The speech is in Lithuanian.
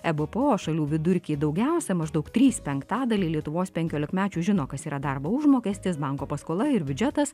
ebpo šalių vidurkį daugiausia maždaug trys penktadaliai lietuvos penkiolikmečių žino kas yra darbo užmokestis banko paskola ir biudžetas